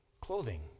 clothing